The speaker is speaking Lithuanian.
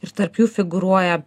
ir tarp jų figūruoja